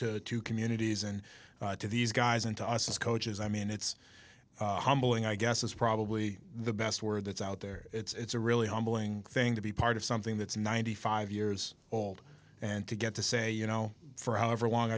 to to communities and to these guys and to us as coaches i mean it's humbling i guess is probably the best word that's out there it's a really humbling thing to be part of something that's ninety five years old and to get to say you know for how overlong